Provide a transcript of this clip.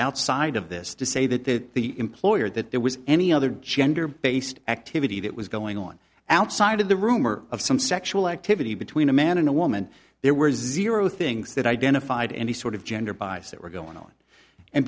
outside of this to say that the employer that there was any other gender based activity that was going on outside of the room or of some sexual activity between a man and a woman there were zero things that identified any sort of gender bias that were going on and